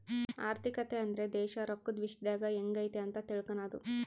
ಆರ್ಥಿಕತೆ ಅಂದ್ರೆ ದೇಶ ರೊಕ್ಕದ ವಿಶ್ಯದಾಗ ಎಂಗೈತೆ ಅಂತ ತಿಳ್ಕನದು